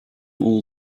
all